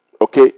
Okay